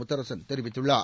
முத்தரசன் தெரிவித்துள்ளார்